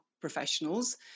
professionals